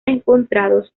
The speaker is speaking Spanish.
encontrados